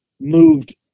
moved